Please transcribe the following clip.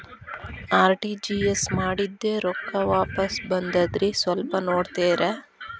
RTGS ಮಾಡಿದ್ದೆ ರೊಕ್ಕ ವಾಪಸ್ ಬಂದದ್ರಿ ಸ್ವಲ್ಪ ನೋಡ್ತೇರ?